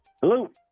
Hello